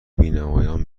بینوایان